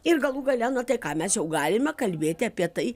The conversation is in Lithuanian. ir galų gale na tai ką mes jau galime kalbėti apie tai